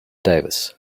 davis